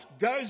goes